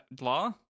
law